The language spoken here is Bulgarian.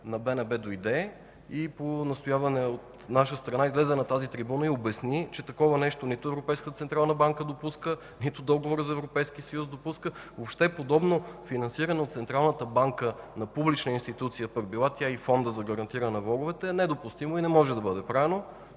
на БНБ дойде и по настояване от наша страна излезе на тази трибуна и обясни, че такова нещо нито Европейската централна банка допуска, нито Договора за Европейския съюз допуска, въобще подобно финансиране от Централната банка на публична институция, пък била тя и Фонда за гарантиране на влоговете, е недопустимо и не може да бъде правено,